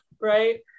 right